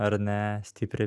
ar ne stipriai